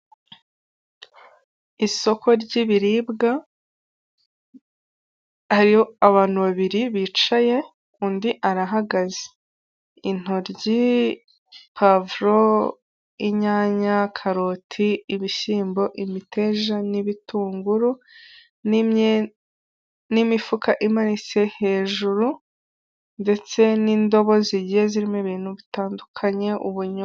Isoko ry'biribwa hariyo abantu babiri bicaye undi arahagaze, intoryi, puwavuro, inyanya, karoti ibishyimbo, imiteja, n'ibitunguru n'imifuka imanitse hejuru ndetse n'indobo zigiye zirimo ibintu bitandukanye ubunyobwa.